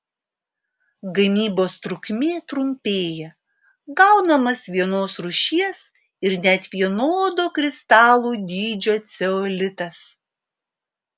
gamybos trukmė trumpėja gaunamas vienos rūšies ir net vienodo kristalų dydžio ceolitas